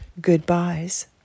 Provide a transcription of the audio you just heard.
goodbyes